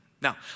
Now